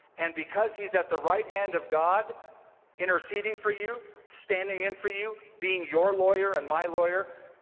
and because he's at the right hand of god interceding for you, standing in for you, being your lawyer and my lawyer,